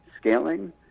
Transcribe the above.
scaling